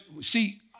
see